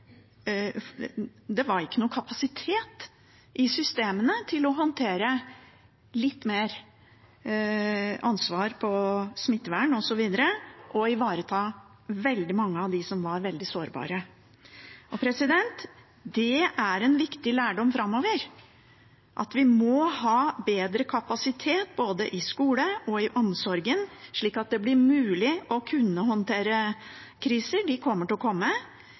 kapasitet i systemene til å håndtere litt mer ansvar på smittevern osv., og ivareta veldig mange av dem som var veldig sårbare. Det er en viktig lærdom framover, at vi må ha bedre kapasitet både i skole og i omsorgen, slik at det blir mulig å kunne håndtere kriser – de kommer til å komme